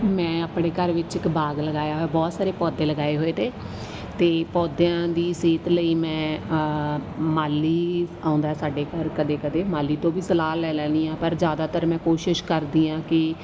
ਮੈਂ ਆਪਣੇ ਘਰ ਵਿੱਚ ਇੱਕ ਬਾਗ ਲਗਾਇਆ ਹੋਇਆ ਬਹੁਤ ਸਾਰੇ ਪੌਦੇ ਲਗਾਏ ਹੋਏ ਤੇ ਅਤੇ ਪੌਦਿਆਂ ਦੀ ਸਿਹਤ ਲਈ ਮੈਂ ਮਾਲੀ ਆਉਂਦਾ ਸਾਡੇ ਘਰ ਕਦੇ ਕਦੇ ਮਾਲੀ ਤੋਂ ਵੀ ਸਲਾਹ ਲੈ ਲੈਂਦੀ ਹਾਂ ਪਰ ਜ਼ਿਆਦਾਤਰ ਮੈਂ ਕੋਸ਼ਿਸ਼ ਕਰਦੀ ਹਾਂ ਕਿ